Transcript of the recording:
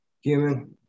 human